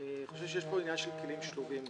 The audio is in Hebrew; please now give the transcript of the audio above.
יש פה גם עניין של כלים שלובים,